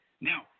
Now